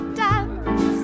dance